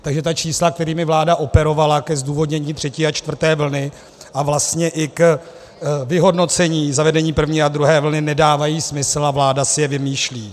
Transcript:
Takže ta čísla, kterými vláda operovala ke zdůvodnění třetí a čtvrté vlády a vlastně i k vyhodnocení zavedení první a druhé vlny, nedávají smysl a vláda si je vymýšlí.